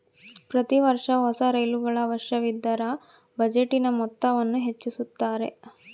ಪ್ರತಿ ವರ್ಷ ಹೊಸ ರೈಲುಗಳ ಅವಶ್ಯವಿದ್ದರ ಬಜೆಟಿನ ಮೊತ್ತವನ್ನು ಹೆಚ್ಚಿಸುತ್ತಾರೆ